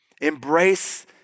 Embrace